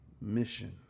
mission